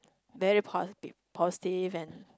very positive positive and